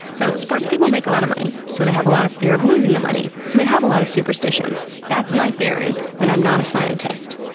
so sports people make a lot of money so they have a lot of fear about losing the money so they have a lot of superstitions. that's my theory and i'm not a scientist.